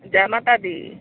जै माता दी